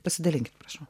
pasidalinkit prašau